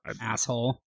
asshole